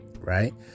right